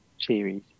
series